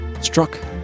struck